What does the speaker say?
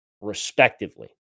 respectively